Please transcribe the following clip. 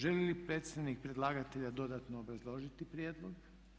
Želi li predstavnik predlagatelja dodatno obrazložiti prijedlog?